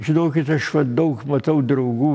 žinokit aš va daug matau draugų